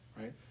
right